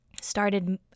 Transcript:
started